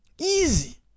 Easy